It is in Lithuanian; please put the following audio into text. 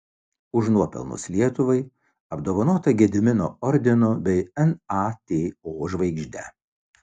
už nuopelnus lietuvai apdovanota gedimino ordinu bei nato žvaigžde